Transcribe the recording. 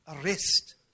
Arrest